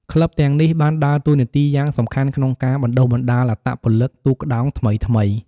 ក្លឹបទាំងនេះបានដើរតួនាទីយ៉ាងសំខាន់ក្នុងការបណ្ដុះបណ្ដាលអត្តពលិកទូកក្ដោងថ្មីៗ។